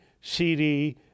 CD